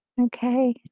okay